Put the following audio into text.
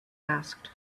asked